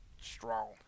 strong